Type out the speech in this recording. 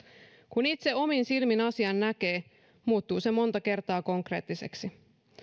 kun itse omin silmin asian näkee muuttuu se monta kertaa konkreettiseksi